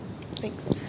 Thanks